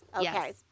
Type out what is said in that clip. yes